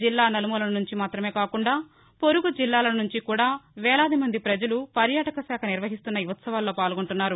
జిల్లా నలుమూలల నుంచి మాత్రమే కాకుండా పొరుగు జిల్లాల నుంచి కూడా వేలాదిమంది ప్రజలు పర్యాటకశాఖ నిర్వహిస్తున్న ఈ ఉత్సవాల్లో పాల్గొంటున్నారు